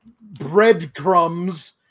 breadcrumbs